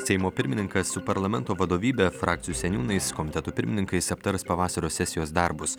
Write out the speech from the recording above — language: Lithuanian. seimo pirmininkas su parlamento vadovybe frakcijų seniūnais komitetų pirmininkais aptars pavasario sesijos darbus